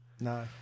No